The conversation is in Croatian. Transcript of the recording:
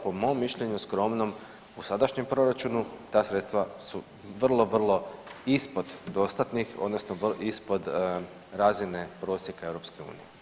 Po mom mišljenju skromnom u sadašnjem proračunu ta sredstva su vrlo, vrlo ispod dostatnih odnosno ispod razine prosjeka EU.